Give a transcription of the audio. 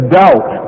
doubt